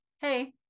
hey